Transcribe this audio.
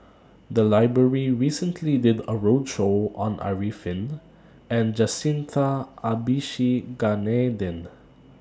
The Library recently did A roadshow on Arifin and Jacintha Abisheganaden